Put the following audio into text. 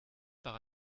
par